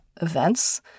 events